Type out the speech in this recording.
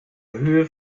höhe